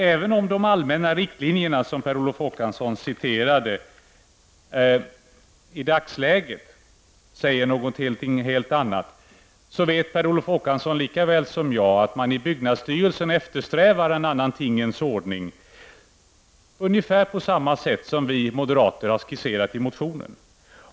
Även om de allmänna riktlinjerna, vilka Per Olof Håkansson nämnde, i dagsläget säger någonting helt annat, vet Per Olof Håkansson lika väl som jag att man i byggnadsstyrelsen eftersträvar en annan tingens ordning. Man vill ha det ungefär på samma sätt som vi moderater har skisserat i motionen.